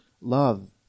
love